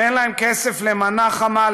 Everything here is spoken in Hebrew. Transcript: שאין להם כסף למנה חמה,